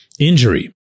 Injury